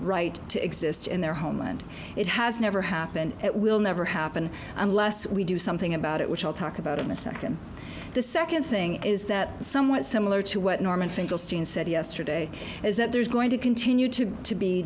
right to exist in their homeland it has never happened it will never happen unless we do something about it which i'll talk about in a second the second thing is that somewhat similar to what norman finkelstein said yesterday is that there's going to continue to to be